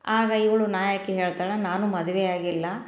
ಆಗ ಇವಳು ನಾಯಕಿ ಹೇಳ್ತಾಳೆ ನಾನೂ ಮದ್ವೆಯಾಗಿಲ್ಲ